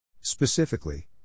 Specifically